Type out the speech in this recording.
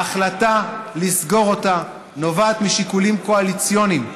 ההחלטה לסגור אותה נובעת משיקולים קואליציוניים.